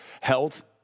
health